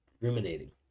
ruminating